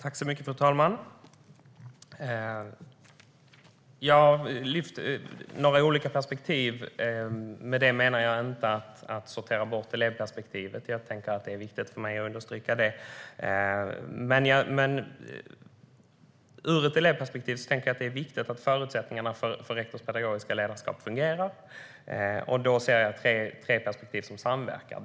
Fru talman! När jag talar om olika perspektiv menar jag inte att man ska sortera bort elevperspektivet. Det är viktigt för mig att understryka det. Men ur ett elevperspektiv är det viktigt att förutsättningarna för rektorns pedagogiska ledarskap fungerar. Då ser jag tre perspektiv som samverkar.